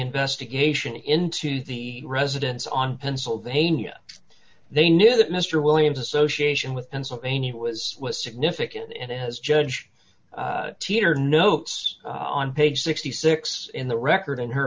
investigation into the residence on pennsylvania they knew that mister williams association with pennsylvania was significant and as judge teter notes on page sixty six in the record in her